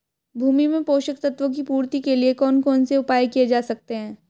भूमि में पोषक तत्वों की पूर्ति के लिए कौन कौन से उपाय किए जा सकते हैं?